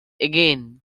again